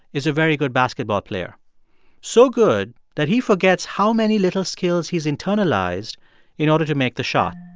is a very good basketball player so good that he forgets how many little skills he's internalized in order to make the shot.